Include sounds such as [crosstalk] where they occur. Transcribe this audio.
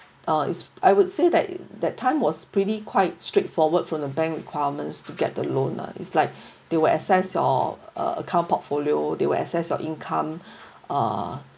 uh is I would say that that time was pretty quite straightforward from the bank requirements to get the loan lah it's like [breath] they will assess your uh account portfolio they will assess your income [breath] uh